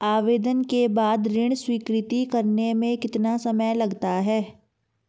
आवेदन के बाद ऋण स्वीकृत करने में कितना समय लगता है?